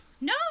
No